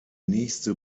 nächste